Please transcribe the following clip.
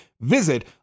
Visit